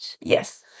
Yes